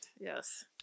yes